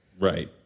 Right